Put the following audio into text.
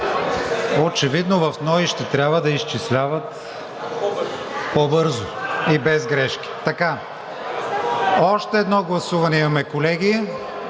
Очевидно в НОИ ще трябва да изчисляват по-бързо и без грешки. Още едно гласуване имаме, колеги,